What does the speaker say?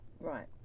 Right